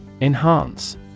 Enhance